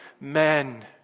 men